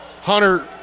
Hunter